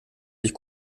sich